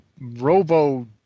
Robo